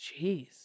Jeez